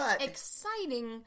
exciting